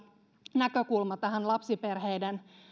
näkökulma tähän lapsiperheiden